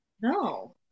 No